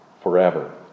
forever